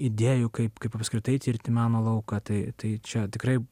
idėjų kaip kaip apskritai tirti meno lauką tai tai čia tikrai